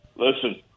Listen